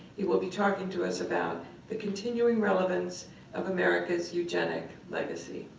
he will be talking to us about the continuing relevance of america's eugenic legacy.